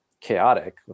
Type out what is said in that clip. chaotic